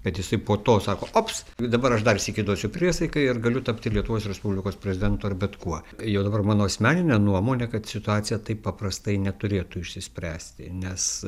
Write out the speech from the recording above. kad jisai po to sako ops dabar aš dar sykį duosiu priesaiką ir galiu tapti lietuvos respublikos prezidentu ar bet kuo jau dabar mano asmenine nuomone kad situacija taip paprastai neturėtų išsispręsti nes